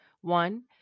one